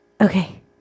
okay